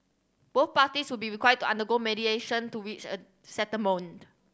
both parties would be required to undergo mediation to reach a settlement